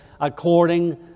according